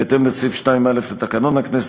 בהתאם לסעיף 2(א) לתקנון הכנסת,